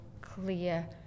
clear